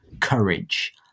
courage